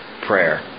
prayer